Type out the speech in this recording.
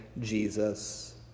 Jesus